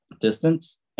distance